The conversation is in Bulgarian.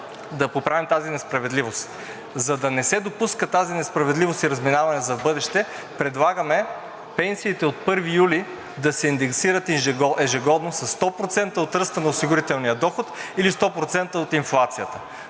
да поправим тази несправедливост. За да не се допуска тази несправедливост и разминаване в бъдеще, предлагаме пенсиите от 1 юли да се индексират ежегодно със 100% от ръста на осигурителния доход или 100% от инфлацията.